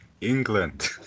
England